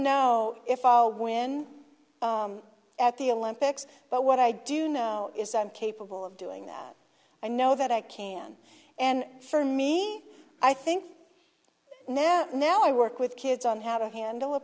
know if i'll win at the olympics but what i do know is i'm capable of doing that i know that i can and for me i think i know now i work with kids on how to handle the